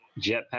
Jetpack